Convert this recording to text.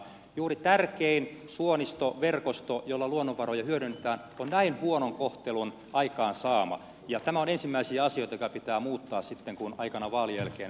juuri tärkein suonisto verkosto jolla luonnonvaroja hyödynnetään on näin huonon kohtelun aikaansaama ja tämä on ensimmäisiä asioita joka pitää muuttaa sitten kun aikanaan vaalien jälkeen näitä asioita tarkastellaan